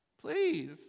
Please